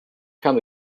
can